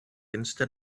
instead